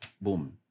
Boom